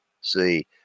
see